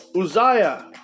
Uzziah